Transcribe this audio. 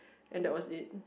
and that was it